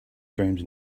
dreams